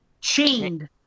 Chained